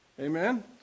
Amen